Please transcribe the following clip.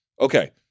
Okay